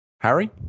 Harry